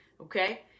okay